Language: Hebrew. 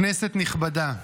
כנסת נכבדה,